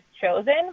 chosen